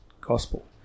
gospel